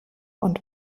und